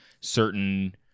certain